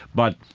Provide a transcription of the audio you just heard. but,